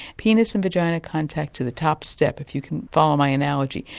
penis and vagina contact to the top step, if you can follow my analogy,